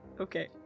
Okay